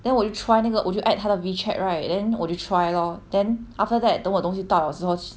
then 我就 try 那个我就 add 他的 Wechat right then 我就 try lor then after that 等我东西到的时候